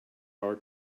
our